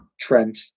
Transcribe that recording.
Trent